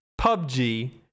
PUBG